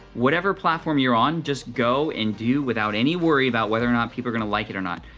whatever platform you're on, just go and do without any worry about whether or not people are gonna like it or not.